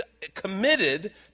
committed